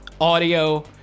audio